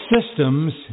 systems